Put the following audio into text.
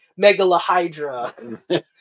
Megalahydra